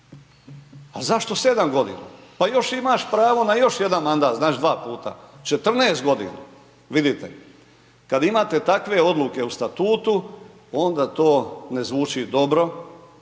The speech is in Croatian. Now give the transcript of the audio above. Zašto 7 godina. Pa još imaš pravo na još jedan mandat, znači 2 puta. 14 godina, vidite, kada imate takvo odluke u statutu, onda to ne zvuči dobro